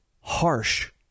harsh